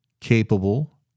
capable